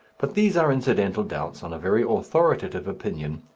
but these are incidental doubts on a very authoritative opinion,